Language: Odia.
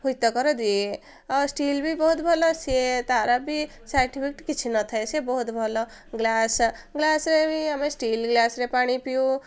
ଦିଏ ଆଉ ଷ୍ଟିଲ ବି ବହୁତ ଭଲ ସିଏ ତାର ବି ସାଇଡ୍ ଇଫେକ୍ଟ କିଛି ନଥାଏ ସିଏ ବହୁତ ଭଲ ଗ୍ଲାସ ଗ୍ଲାସରେ ବି ଆମେ ଷ୍ଟିଲ ଗ୍ଲାସରେ ପାଣି ପିଉ